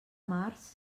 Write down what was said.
març